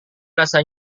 rasa